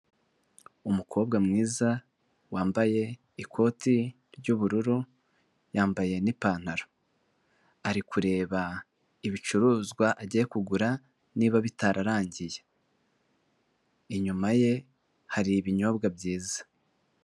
Umukobwa mwiza wambaye ikoti ry'ubururu, yambaye n'ipantaro. Ari kureba ibicuruzwa agiye kugura niba bitararangiye. Inyuma ye hari ibinyobwa byiza.